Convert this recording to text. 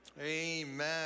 amen